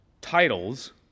titles